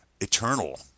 eternal